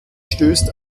stößt